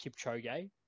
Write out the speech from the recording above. Kipchoge